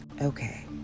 Okay